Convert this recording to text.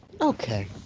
Okay